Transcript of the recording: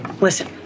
Listen